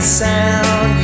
sound